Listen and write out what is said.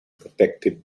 protective